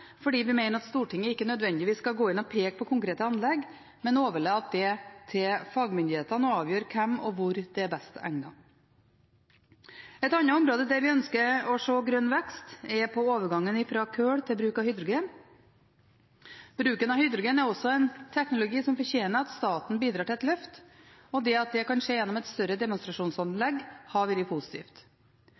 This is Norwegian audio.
fordi vi mener at Stortinget ikke nødvendigvis skal gå inn og peke på konkrete anlegg, men overlate til fagmyndighetene å avgjøre hvem og hvor det er best egnet. Et annet område der vi ønsker å se grønn vekst, er overgangen fra kull til bruk av hydrogen. Bruken av hydrogen er også en teknologi som fortjener at staten bidrar til et løft, og at det kunne skje gjennom et større demonstrasjonsanlegg, hadde vært positivt.